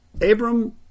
Abram